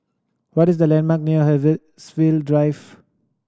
what is the landmark near Haigsville Drive